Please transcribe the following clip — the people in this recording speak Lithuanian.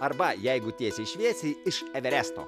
arba jeigu tiesiai šviesiai iš everesto